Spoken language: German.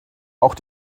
auch